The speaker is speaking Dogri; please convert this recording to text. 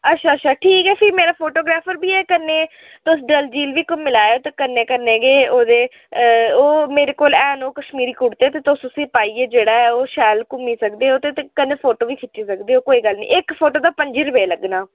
अच्छा अच्छा ठीक ऐ फ्ही मेरा फोटोग्राफर बी ऐ कन्नै तुस जल्दी जल्दी घुम्मी लैओ ते कन्नै कन्नै गै ओह्दे ओह् मेरे कोल हैन ओह् कश्मीरी कुरते ते तुस उस्सी पाइयै जेह्ड़ा ओह् शैल घुम्मी सकदे ओ ते कन्नै फोटो खिच्ची सकदे ओ कोई गल्ल निं इक्क फोटो दा पंजी रपेऽ लग्गना